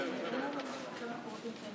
(חברי הכנסת מכבדים בקימה את צאת נשיא